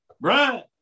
Brian